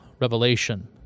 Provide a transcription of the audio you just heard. revelation